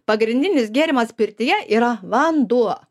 pagrindinis gėrimas pirtyje yra vanduo